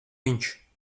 viņš